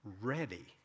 ready